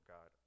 God